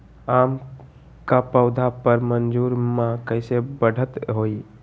आम क पौधा म मजर म कैसे बढ़त होई?